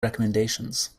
recommendations